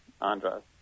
Andres